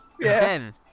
Again